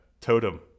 totem